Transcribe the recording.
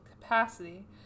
capacity